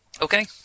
Okay